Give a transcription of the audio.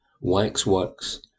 Waxworks